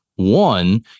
one